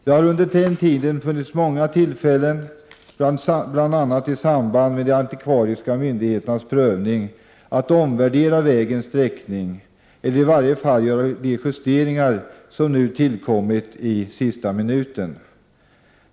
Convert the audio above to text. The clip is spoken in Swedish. Det har under den tiden funnits många tillfällen, bl.a. i samband med de antikvariska myndigheternas prövning, att omvärdera vägens sträckning eller i varje fall göra de justeringar som nu tillkommit i sista minuten.